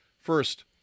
First